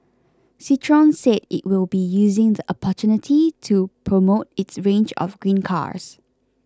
Citroen said it will be using the opportunity to promote its range of green cars